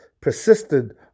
persisted